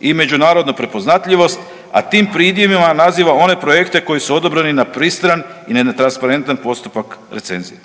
i na međunarodnu prepoznatljivost, a tim pridjevima naziva one projekte koji su odobreni na pristran i ne na transparentan postupak recenzije.